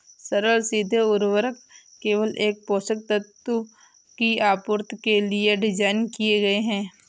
सरल सीधे उर्वरक केवल एक पोषक तत्व की आपूर्ति के लिए डिज़ाइन किए गए है